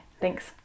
thanks